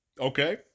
Okay